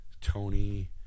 Tony